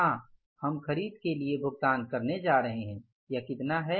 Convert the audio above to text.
हाँ हम खरीद के लिए भुगतान करने जा रहे हैं यह कितना है